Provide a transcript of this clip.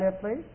please